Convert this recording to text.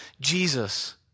Jesus